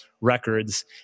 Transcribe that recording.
records